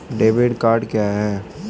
Debit card क्या है?